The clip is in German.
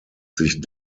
sich